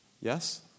yes